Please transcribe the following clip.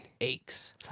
aches